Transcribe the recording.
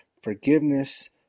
forgiveness